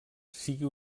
sigui